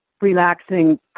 relaxing